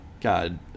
God